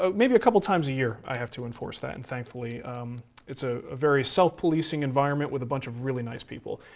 but maybe a couple of times a year i have to enforce that. and thankfully it's a a very self policing environment with a bunch of really nice people.